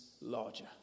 larger